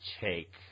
take